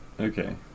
Okay